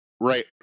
Right